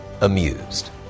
amused